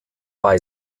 bei